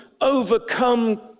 overcome